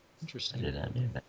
Interesting